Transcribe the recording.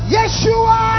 Yeshua